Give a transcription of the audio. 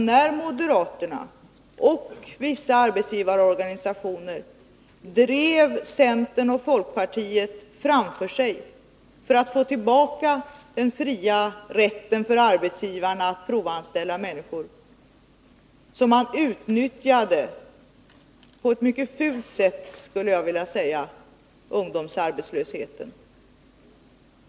När moderaterna och vissa arbetsgivarorganisationer drev centern och folkpartiet framför sig för att få tillbaka den fria rätten för arbetsgivarna att provanställa människor, utnyttjade de på ett mycket fult sätt ungdomsarbetslösheten.